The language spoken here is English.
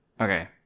Okay